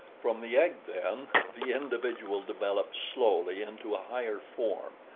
from the egg, then, the individual developed slowly into a higher form,